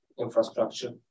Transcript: infrastructure